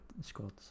squad